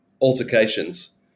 altercations